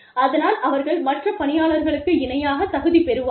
அதனால் அவர்கள் மற்ற பணியாளர்களுக்கு இணையாகத் தகுதி பெறுவார்கள்